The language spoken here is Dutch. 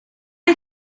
een